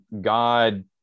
God